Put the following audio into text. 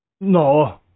No